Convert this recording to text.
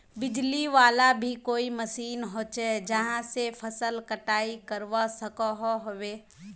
बिजली वाला भी कोई मशीन होचे जहा से फसल कटाई करवा सकोहो होबे?